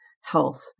health